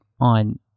on